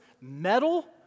metal